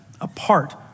apart